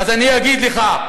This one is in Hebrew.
אני אגיד לך,